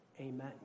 amen